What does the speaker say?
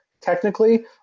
Technically